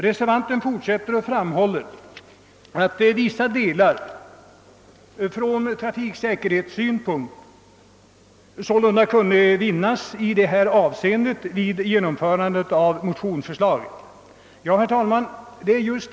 Därefter säger reservanten att vissa fördelar från trafiksäkerhetssynpunkt sålunda kunde vinnas i det här hänseendet vid genomförande av motionsförslaget.